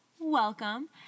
Welcome